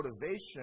motivation